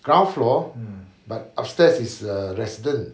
ground floor but upstairs is uh residence